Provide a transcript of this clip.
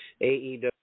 AEW